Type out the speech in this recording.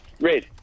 Red